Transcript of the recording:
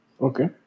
Okay